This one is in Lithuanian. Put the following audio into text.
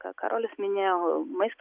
ką karolis minėjo e maisto